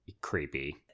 Creepy